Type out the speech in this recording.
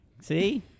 See